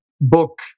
book